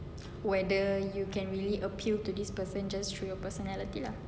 whether you can really appeal to this person just through your personality lah